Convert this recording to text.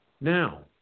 Now